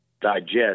digest